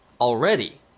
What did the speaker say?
Already